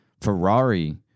Ferrari